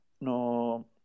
no